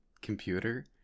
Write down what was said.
computer